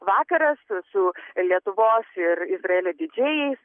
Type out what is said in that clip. vakaras su lietuvos ir izraelio didžėjais